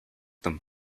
them